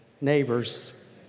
neighbors